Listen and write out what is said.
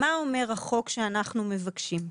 מה אומר החוק שאנחנו מבקשים.